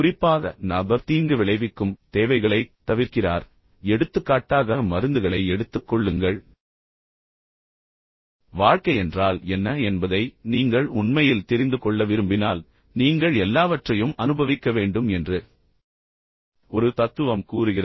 குறிப்பாக நபர் தீங்கு விளைவிக்கும் தேவைகளைத் தவிர்க்கிறார் எடுத்துக்காட்டாக மருந்துகளை எடுத்துக் கொள்ளுங்கள் வாழ்க்கை என்றால் என்ன என்பதை நீங்கள் உண்மையில் தெரிந்து கொள்ள விரும்பினால் நீங்கள் எல்லாவற்றையும் அனுபவிக்க வேண்டும் என்று ஒரு தத்துவம் கூறுகிறது